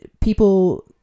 people